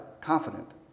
Confident